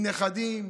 עם נכדים?